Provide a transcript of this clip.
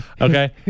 Okay